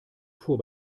fuhr